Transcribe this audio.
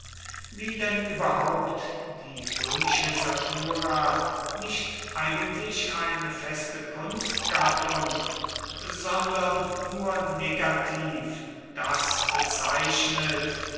wie denn überhaupt die römische satura nicht eigentlich eine feste kunstgattung sondern nur negativ das bezeichnet